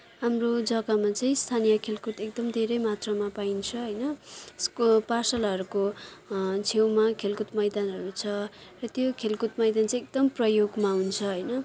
हाम्रो जग्गामा चाहिँ स्थानीय खेलकुद एकदम धेरै मात्रामा पाइन्छ होइन स्कुल पाठशालाहरूको छेउमा खेलकुद मैदानहरू छ र त्यो खेलकुद मैदान चाहिँ एकदम प्रयोगमा हुन्छ होइन